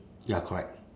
ya correct